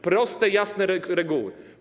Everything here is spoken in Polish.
Proste, jasne reguły.